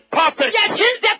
perfect